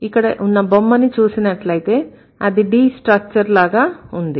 ఇక్కడ ఉన్న బొమ్మని చూసినట్లయితే అది D Structure లాగా ఉంది